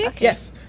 Yes